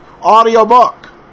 audiobook